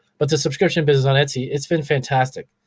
but the subscription business on etsy, it's been fantastic.